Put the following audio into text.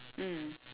mm